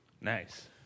Nice